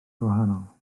gwahanol